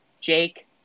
Jake